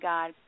God